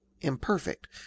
imperfect